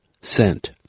sent